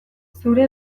zure